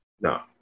no